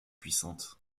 puissante